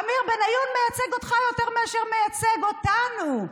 עמיר בניון מייצג אותך יותר מאשר מייצג אותנו.